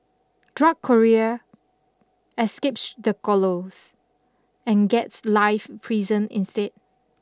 drug courier escapes the gallows and gets life prison instead